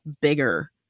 bigger